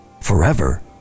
forever